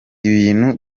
ibintu